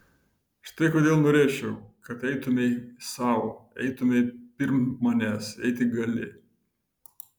štai kodėl norėčiau kad eitumei sau eitumei pirm manęs jei tik gali